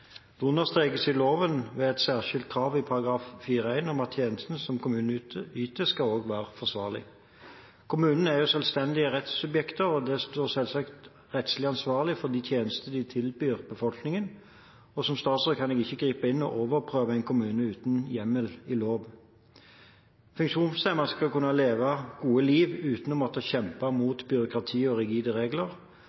understrekes i loven ved et særskilt krav i § 4-1 om at tjenestene som kommunen yter, skal være forsvarlige. Kommunene er selvstendige rettssubjekter. De står selvsagt rettslig ansvarlig for de tjenester de tilbyr befolkningen. Som statsråd kan jeg ikke gripe inn og overprøve en kommune uten hjemmel i lov. Funksjonshemmede skal kunne leve gode liv uten å måtte kjempe